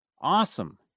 awesome